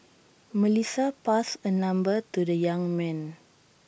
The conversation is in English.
Melissa passed her number to the young man